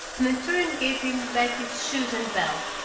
mentorian gave him back his shoes and belt,